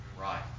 right